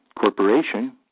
corporation